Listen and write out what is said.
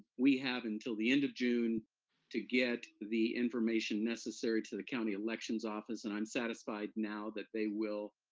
we have until the end of june to get the information necessary to the county elections office, and i'm satisfied now that they will,